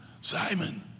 Simon